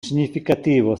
significativo